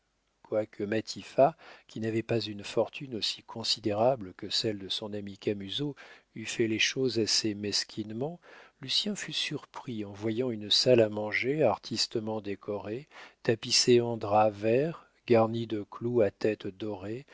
quoique matifat qui n'avait pas une fortune aussi considérable que celle de son ami camusot eût fait les choses assez mesquinement lucien fut surpris en voyant une salle à manger artistement décorée tapissée en drap vert garni de clous à têtes dorées